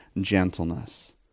gentleness